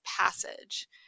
passage